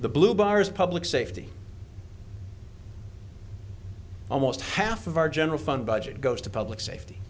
the blue bars public safety almost half of our general fund budget goes to public safety